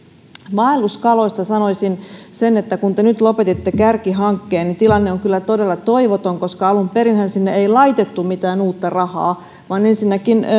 vaelluskaloista sanoisin sen että kun te nyt lopetitte kärkihankkeen niin tilanne on kyllä todella toivoton koska alun perinhän sinne ei laitettu mitään uutta rahaa vaan ensinnäkin